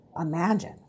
imagine